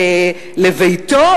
לביתו,